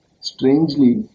Strangely